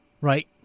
Right